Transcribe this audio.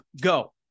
go